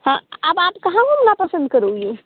हाँ अब आप कहाँ घूमना पसंद करोगी